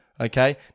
Okay